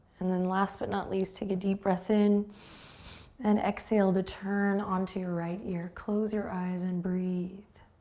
and then last but not least, take a deep breath in and exhale to turn onto your right ear. close your eyes and breathe.